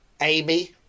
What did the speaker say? Amy